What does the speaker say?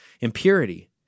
impurity